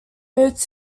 moved